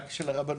רק של הרבנות,